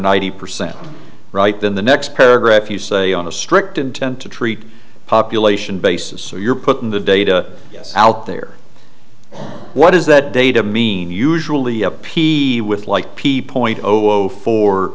ninety percent right then the next paragraph you say on a strict intent to treat population basis so you're putting the data out there what does that data mean usually a p with like p point